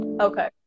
Okay